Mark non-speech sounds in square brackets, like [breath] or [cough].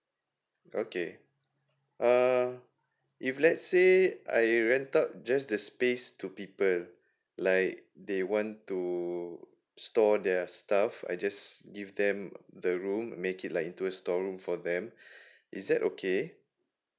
okay uh if let's say I rent out just the space to people like they want to store their stuff I just give them the room make it like into the storeroom for them [breath] is that okay